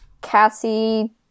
Cassie